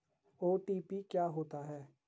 OTP क्या होता है?